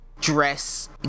dress